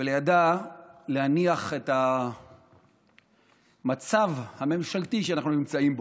ולידה להניח את המצב הממשלתי שאנחנו נמצאים בו,